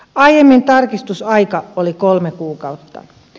aiemmin tarkistusaika oli kolme kuukautta